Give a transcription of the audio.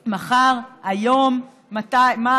מחר, היום, מה